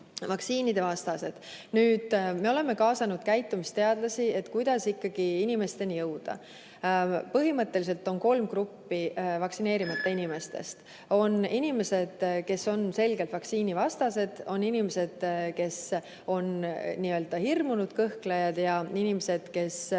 vaktsiinivastased. Me oleme kaasanud käitumisteadlasi, et [saada nõu], kuidas ikkagi inimesteni jõuda. Põhimõtteliselt on kolm gruppi vaktsineerimata inimesi. On inimesed, kes on selgelt vaktsiinivastased, on inimesed, kes on hirmunud kõhklejad, ja on inimesed, kes